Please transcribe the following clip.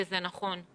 וזה נכון,